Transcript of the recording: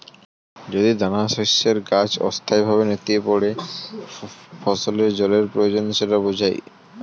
যদি দানাশস্যের গাছ অস্থায়ীভাবে নেতিয়ে পড়ে ফসলের জলের প্রয়োজন সেটা বোঝায়